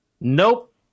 Nope